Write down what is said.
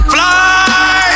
Fly